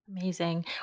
Amazing